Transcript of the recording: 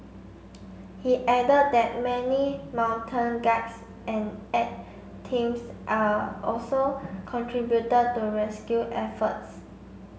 he added that many mountain guides and aid teams are also contributed to rescue efforts